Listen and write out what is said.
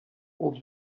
aux